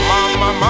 Mama